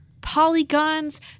Polygons